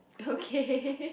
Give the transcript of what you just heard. okay